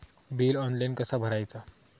Bill online कसा भरायचा?